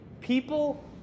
people